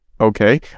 Okay